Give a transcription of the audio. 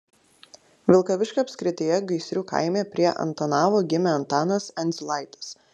vilkaviškio apskrityje gaisrių kaime prie antanavo gimė antanas endziulaitis